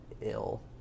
ill